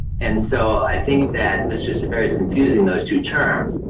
and so i think that and it's just confusing, those two terms.